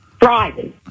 driving